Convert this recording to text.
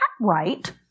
right